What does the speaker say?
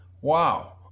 Wow